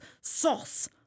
sauce